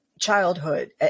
childhood